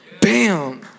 Bam